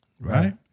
Right